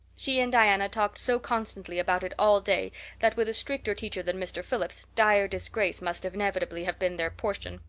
she and diana talked so constantly about it all day that with a stricter teacher than mr. phillips dire disgrace must inevitably have been their portion.